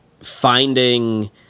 finding